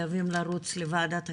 חייבים לרוץ לוועדת הכספים,